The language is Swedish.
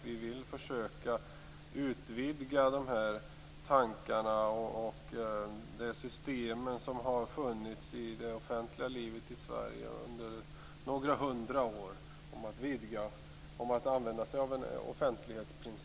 Vi vill försöka utvidga de här tankarna och de system som har funnits i det offentliga livet i Sverige under några hundra år att använda sig av en offentlighetsprincip.